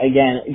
Again